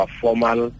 formal